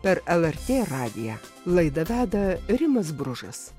per lrt radiją laidą veda rimas bružas